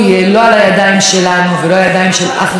וגם אם היא הולכת ופונה לעזרה,